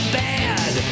bad